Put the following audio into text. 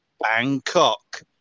Bangkok